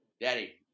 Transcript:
daddy